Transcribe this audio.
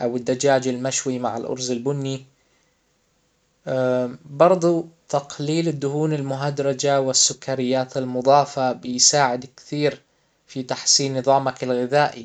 او الدجاج المشوي مع الارز البني، برضه تقليل الدهون المهدرجة والسكريات المضافة بيساعد كثير في تحسين نظامك الغذائي.